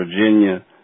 virginia